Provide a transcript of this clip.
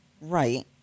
Right